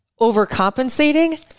overcompensating